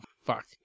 fuck